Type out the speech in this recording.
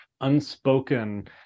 unspoken